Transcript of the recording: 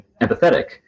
empathetic